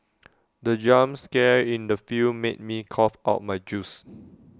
the jump scare in the film made me cough out my juice